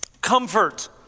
comfort